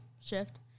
shift